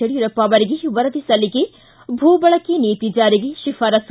ಯಡಿಯೂರಪ್ಪ ಅವರಿಗೆ ವರದಿ ಸಲ್ಲಿಕೆ ಭೂಬಳಕೆ ನೀತಿ ಜಾರಿಗೆ ಶಿಫಾರಸ್ಸು